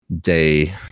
day